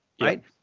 Right